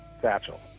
Satchel